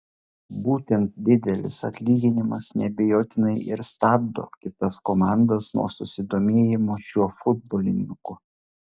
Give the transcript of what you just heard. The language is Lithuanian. būtent didelis atlyginimas neabejotinai ir stabdo kitas komandas nuo susidomėjimo šiuo futbolininku